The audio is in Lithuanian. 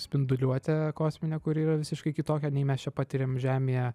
spinduliuotė kosminė kur yra visiškai kitokia nei mes čia patiriam žemėje